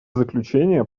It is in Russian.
заключение